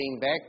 back